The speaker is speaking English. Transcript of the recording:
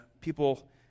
people